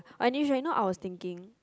oh initially you know I was thinking